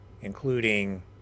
including